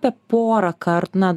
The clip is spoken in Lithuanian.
apie porąkart na